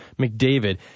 McDavid